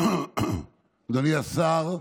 אדוני השר,